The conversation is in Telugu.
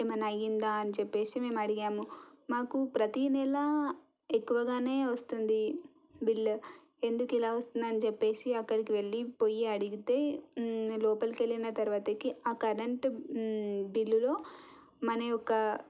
ఏమైనా అయ్యిందా అని చెప్పేసి మేము అడిగాము మాకు ప్రతీ నెలా ఎక్కువగానే వస్తుంది బిల్లు ఎందుకు ఇలా వస్తుందని చెప్పేసి అక్కడికి వెళ్ళి పోయి అడిగితే నేను లోపలికి వెళ్ళిన తరువాతకి ఆ కరెంటు బిల్లులో మన యొక్క